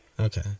Okay